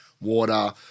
water